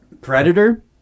predator